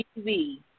TV